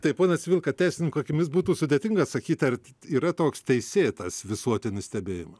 taip ponas vilka teisininko akimis būtų sudėtinga atsakyt ar yra toks teisėtas visuotinis stebėjima